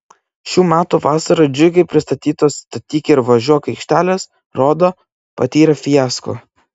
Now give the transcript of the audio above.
šių metų vasarą džiugiai pristatytos statyk ir važiuok aikštelės rodos patyrė fiasko